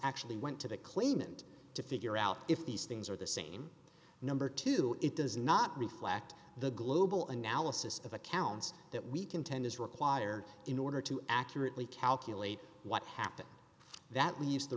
actually went to the claimant to figure out if these things are the same number two it does not reflect the global analysis of accounts that we contend is required in order to accurately calculate what happened that leaves the